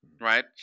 right